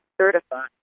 certified